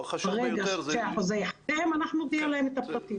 ברגע שהחוזה ייחתם, אנחנו נודיע להם את הפרטים.